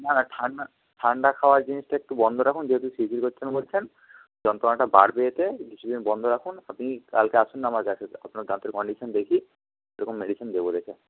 না না ঠান্ডা ঠান্ডা খাওয়া জিনিসটা একটু বন্ধ রাখুন যেহেতু শিরশির করছে বলছেন যন্ত্রণাটা বাড়বে এতে কিছুদিন বন্ধ রাখুন আপনি কালকে আসুন না আমার কাছে আপনার দাঁতের কন্ডিশন দেখি সেরকম মেডিসিন দেবো দেখে